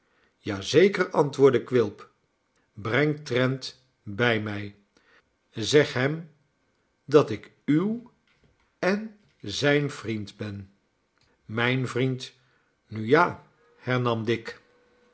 zeker antwoordde quilp breng trent bij mij zeg hem dat ik uw en zijn vriend ben mijn vriend nu ja hernam dick